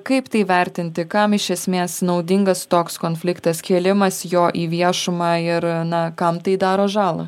kaip tai vertinti kam iš esmės naudingas toks konfliktas kėlimas jo į viešumą ir na kam tai daro žalą